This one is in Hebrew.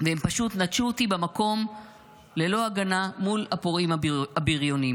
הם פשוט נטשו אותי במקום ללא הגנה מול הפורעים הבריונים.